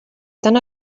tan